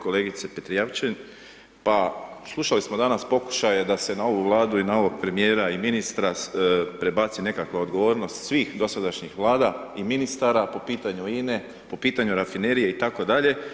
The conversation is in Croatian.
Kolegice Petrijevčanin, pa slušali smo danas pokušaje da se na ovu Vladu, i na ovog premijera i ministra prebaci nekakva odgovornost svih dosadašnjih vlada i ministara po pitanju INA-e, po pitanju Rafinerije itd.